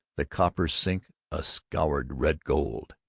the copper sink a scoured red-gold.